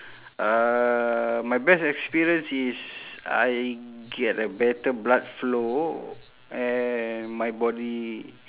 uh my best experience is I get a better blood flow and my body